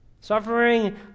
Suffering